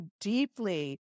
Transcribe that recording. deeply